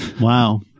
Wow